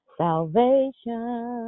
salvation